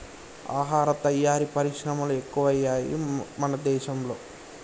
ఆహార తయారీ పరిశ్రమలు ఎక్కువయ్యాయి మన దేశం లో